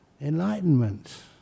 enlightenment